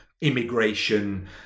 immigration